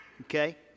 Okay